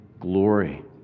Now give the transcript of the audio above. glory